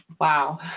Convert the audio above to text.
Wow